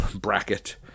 bracket